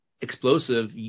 explosive